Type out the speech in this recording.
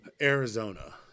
Arizona